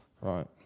right